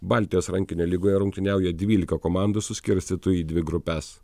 baltijos rankinio lygoje rungtyniauja dvylika komandų suskirstytų į dvi grupes